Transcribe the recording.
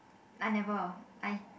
I never I